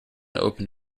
open